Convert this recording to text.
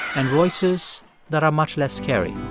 and voices that are much less scary